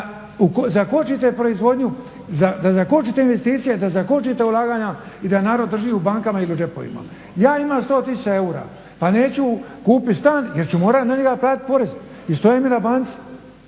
zakočite proizvodnju, da zakočite investicije, da zakočite ulaganja i da narod drži u bankama ili u džepovima. Ja ima 100 tisuća eura, pa neću kupit stan jer ću morati na njega platiti porez i stoje mi na banci.